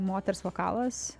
moters vokalas